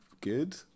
good